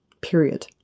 period